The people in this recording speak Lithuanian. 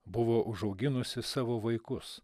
buvo užauginusi savo vaikus